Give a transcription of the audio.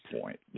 point